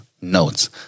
notes